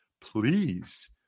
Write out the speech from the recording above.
Please